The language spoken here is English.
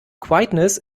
quietness